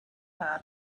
her